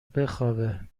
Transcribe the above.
بخوابه